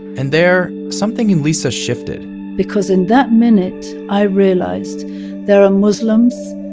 and there, something in lisa shifted because in that minute, i realized there are muslims,